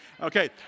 Okay